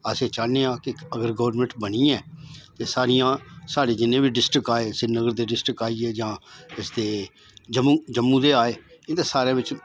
अस एह् चाहन्नें कि इक अगर गौरमेंट बनी ऐ ते सारियां साढ़े जिन्ने बी डिस्ट्रिक्ट आए श्रीनगर दे डिस्ट्रिक्ट आई गे जां इस ते जम्मू जम्मू दे आए इं'दे सारे बिच्च